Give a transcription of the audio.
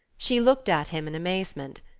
she looked at him in amazement.